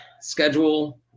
schedule